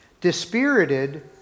Dispirited